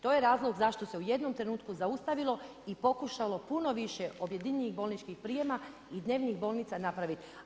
To je razlog zašto se u jednom trenutku zaustavilo i pokušalo puno više objedinjenih bolničkih prijema i dnevnih bolnica napraviti.